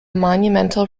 monumental